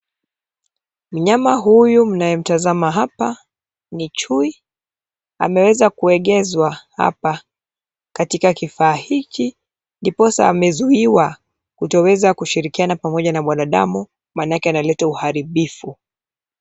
Mnyama huyu mnayemtazama hapa ni chui ameweza kuegezwa hapa katika kifaa hiki ndiposa amezuiwa kutoweza kushirikiana pamoja na mwanadamu manake analeta uharibifu.